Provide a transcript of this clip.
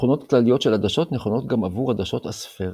תכונות כלליות של עדשות נכונות גם עבור עדשות אספריות.